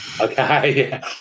okay